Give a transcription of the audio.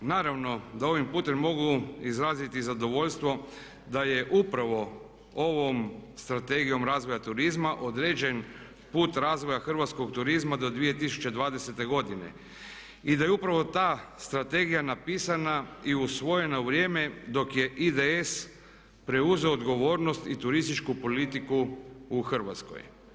Naravno da ovim putem mogu izraziti zadovoljstvo da je upravo ovom Strategijom razvoja turizma određen put razvoja hrvatskog turizma do 2020.godine i da je upravo ta strategija napisana i usvojena u vrijeme dok je IDS preuzeo odgovornost i turističku politiku u Hrvatskoj.